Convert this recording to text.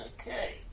Okay